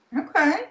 Okay